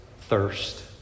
thirst